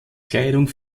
kleidung